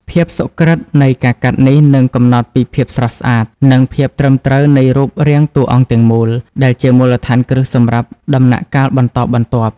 ភាពសុក្រិត្យនៃការកាត់នេះ នឹងកំណត់ពីភាពស្រស់ស្អាត និងភាពត្រឹមត្រូវនៃរូបរាងតួអង្គទាំងមូល ដែលជាមូលដ្ឋានគ្រឹះសម្រាប់ដំណាក់កាលបន្តបន្ទាប់។